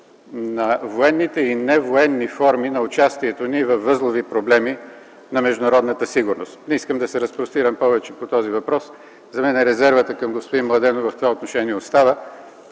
на военните и невоенни форми на участието ни във възлови проблеми на международната сигурност. Не искам да се разпростирам повече по този въпрос. За мен резервата към господин Младенов в това отношение остава.